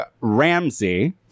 Ramsey